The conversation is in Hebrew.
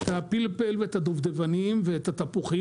את הפלפל ואת הדובדבנים ואת התפוחים